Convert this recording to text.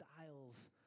styles